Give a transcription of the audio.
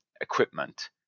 equipment